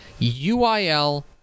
UIL